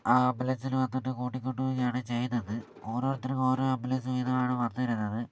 ആ ആംബുലൻസിൽ വന്നിട്ട് കൂട്ടികൊണ്ട് പോവുകയാണ് ചെയ്യുന്നത് ഓരോരുത്തർക്ക് ഓരോ ആംബുലൻസ് വീതമാണ് വന്നിരുന്നത്